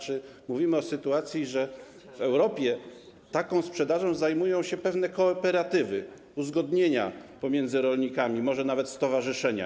Tzn. mówimy o sytuacji, że w Europie taką sprzedażą zajmują się pewne kooperatywy, uzgodnienia pomiędzy rolnikami, może nawet stowarzyszenia.